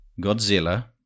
Godzilla